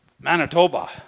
Manitoba